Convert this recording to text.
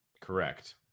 Correct